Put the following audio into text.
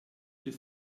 des